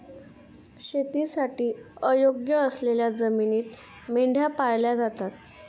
शेतीसाठी अयोग्य असलेल्या जमिनीत मेंढ्या पाळल्या जातात